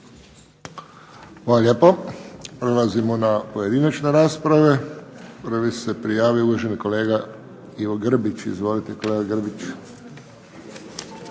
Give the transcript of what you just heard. Hvala lijepo. Prelazimo na pojedinačne rasprave. Prvi se prijavio uvaženi kolega Ivo Grbić. Izvolite kolega Grbić.